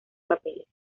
papeles